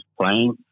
playing